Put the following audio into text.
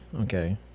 okay